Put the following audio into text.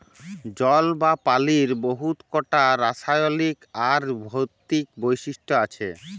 জল বা পালির বহুত কটা রাসায়লিক আর ভৌতিক বৈশিষ্ট আছে